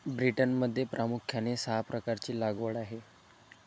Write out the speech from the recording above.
ब्रिटनमध्ये प्रामुख्याने सहा प्रकारची लागवड आहे